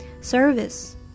Service